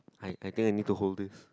I I think I need to hold this